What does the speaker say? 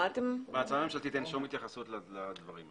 בהצעה הממשלתית אין שום התייחסות לדברים אלו.